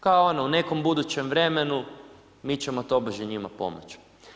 Kao ono u nekom budućem vremenu mi ćemo tobože njima pomoći.